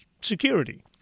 security